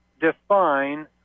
define